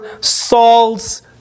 Saul's